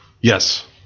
Yes